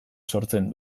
sortzen